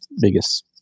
biggest